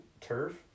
turf